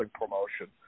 promotion